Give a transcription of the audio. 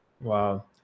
Wow